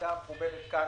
הוועדה המכובדת הזאת,